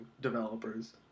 developers